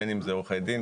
בין אם זה עורכי דין,